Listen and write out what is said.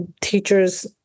teachers